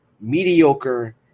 mediocre